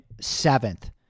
seventh